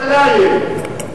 זה שיח'-ג'ראח,